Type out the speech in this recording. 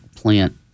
plant